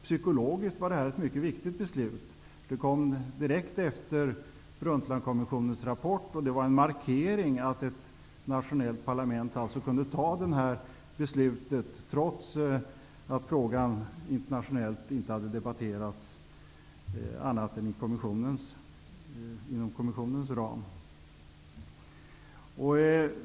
Psykologiskt var det ett mycket viktigt beslut, därför att det kom direkt efter Brundtlandkommissionens rapport. Det var en markering att ett nationellt parlament kunde fatta beslutet, trots att frågan inte hade debatterats internationellt annat än inom kommissionens ram.